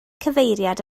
cyfeiriad